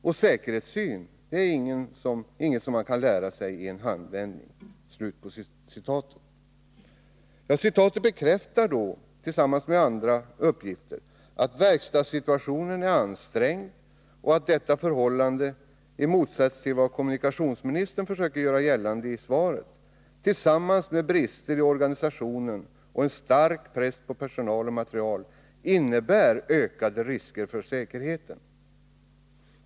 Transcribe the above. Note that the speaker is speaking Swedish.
Och säkerhetssyn är inget som man lär sig i en handvändning.” Tillsammans med andra uppgifter bekräftar citatet att verkstadssituationen är ansträngd och att detta förhållande — i motsats till vad kommunikationsministern försöker göra gällande — tillsammans med brister i organisationen och en stark press på personal och materiel innebär ökade risker för säkerheten.